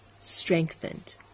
strengthened